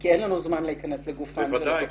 כי אין לנו זמן להיכנס עכשיו לגופן של התוכניות.